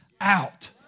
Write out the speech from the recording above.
out